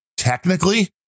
technically